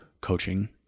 coaching